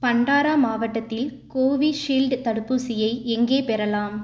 பண்டாரா மாவட்டத்தில் கோவிஷீல்டு தடுப்பூசியை எங்கே பெறலாம்